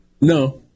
No